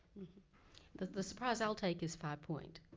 the the surprise i'll take is five point.